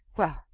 well,